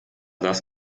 das